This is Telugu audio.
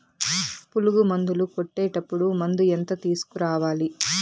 పులుగు మందులు కొట్టేటప్పుడు మందు ఎంత తీసుకురావాలి?